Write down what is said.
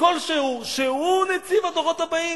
כלשהו שהוא נציב הדורות הבאים?